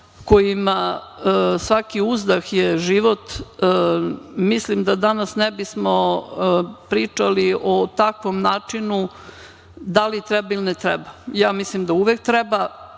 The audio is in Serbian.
kojima svaki uzdah je život, mislim da danas ne bismo pričali o takvom načinu da li treba ili ne treba. Ja mislim da uvek treba.